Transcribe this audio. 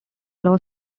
allow